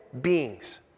beings